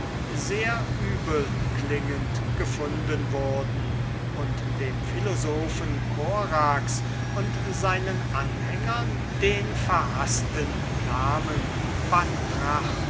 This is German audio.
sehr übelklingend gefunden wurden und dem philosophen korax und seinen anhängern den verhaßten namen